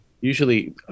usually